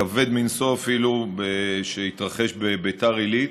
כבד מנשוא אפילו, שהתרחש בביתר עילית,